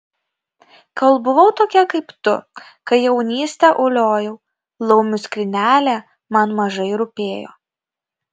kol buvau tokia kaip tu kai jaunystę uliojau laumių skrynelė man mažai rūpėjo